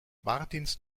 martins